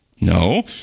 No